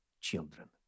children